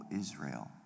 Israel